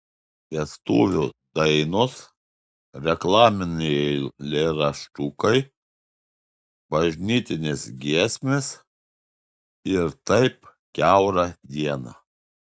vestuvių dainos reklaminiai eilėraštukai bažnytinės giesmės ir taip kiaurą dieną